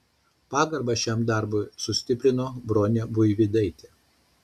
pagarbą šiam darbui sustiprino bronė buivydaitė